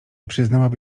przyznałaby